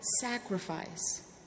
sacrifice